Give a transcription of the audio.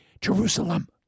Jerusalem